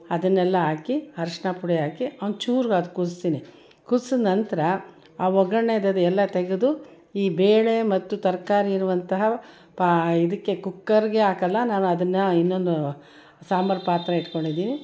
ಅದನ್ನೆಲ್ಲ ಹಾಕಿ ಅರಶಿನ ಪುಡಿ ಹಾಕಿ ಒಂಚೂರು ಅದು ಕುದಿಸ್ತೀನಿ ಕುದ್ಸಿದ ನಂತರ ಆ ಒಗ್ಗರ್ಣೆದು ಅದು ಎಲ್ಲ ತೆಗೆದು ಈ ಬೇಳೆ ಮತ್ತು ತರಕಾರಿ ಇರುವಂತಹ ಪಾ ಇದಕ್ಕೆ ಕುಕ್ಕರ್ಗೆ ಹಾಕೋಲ್ಲ ನಾನು ಅದನ್ನು ಇನ್ನೊಂದು ಸಾಂಬಾರು ಪಾತ್ರೆ ಇಡ್ಕೊಂಡಿದ್ದೀನಿ